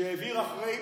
שהעביר אחרי